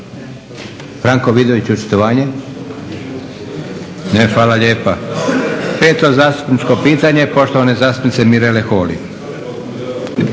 Franko Vidović očitovanje. Ne? Hvala lijepa. Peto zastupničko pitanje poštovane zastupnice Mirele Holy.